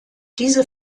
diese